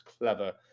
clever